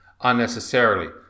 unnecessarily